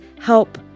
help